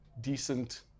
decent